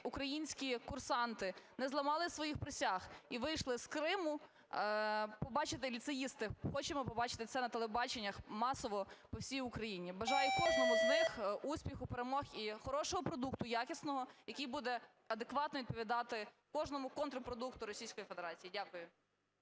українські курсанти не зламали своїх присяг і вийшли з Криму, побачити ліцеїстів, хочемо побачити це на телебаченні масово по всій Україні. Бажаю кожному з них успіху, перемог і хорошого продукту якісного, який буде адекватно відповідати кожному контрпродукту Російської Федерації. Дякую.